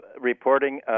reporting